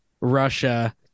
Russia